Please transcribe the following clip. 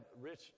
rich